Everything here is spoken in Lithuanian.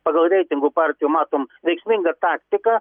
pagal reitingų partijų matom veiksmingą taktiką